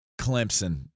Clemson